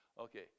Okay